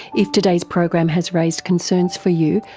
if today's program has raised concerns for you,